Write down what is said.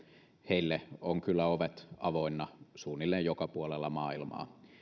ovat kyllä ovet avoinna suunnilleen joka puolella maailmaa